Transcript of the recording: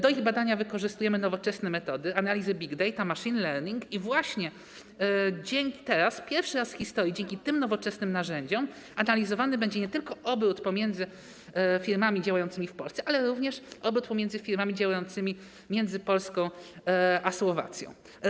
Do ich badania wykorzystujemy nowoczesne metody, analizy big data, machine learning, i właśnie teraz, pierwszy raz w historii, dzięki tym nowoczesnym narzędziom analizowany będzie nie tylko obrót pomiędzy firmami działającymi w Polsce, ale również obrót pomiędzy firmami działającymi pomiędzy Polską a Słowacją.